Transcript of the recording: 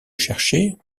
chercher